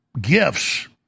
gifts